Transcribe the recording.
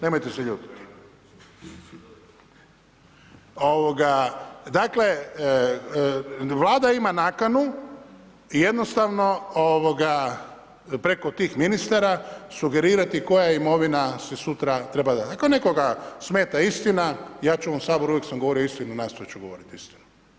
Nemojte se ljutiti. ... [[Upadica: ne čuje se.]] Dakle, Vlada ima nakanu jednostavno preko tih ministara sugerirati koja imovina se sutra treba ... Ako nekoga smeta istina, ja ću u ovom Saboru uvijek sam govorio istinu, nastojat ću govorit istinu.